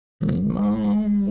No